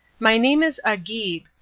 my name is agib,